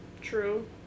True